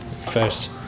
first